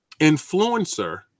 influencer